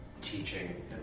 teaching